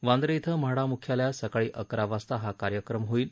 वांद्रे इथं म्हाडा म्ख्यालयात सकाळी अकरा वाजता हा कार्यक्रम होईल